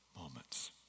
moments